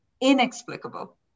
inexplicable